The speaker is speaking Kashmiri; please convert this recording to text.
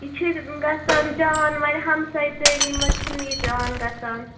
یہِ چھِ گژھان جان وۄنۍ ہمساے دٲری منٛز چھُنہٕ یہِ جان گژھان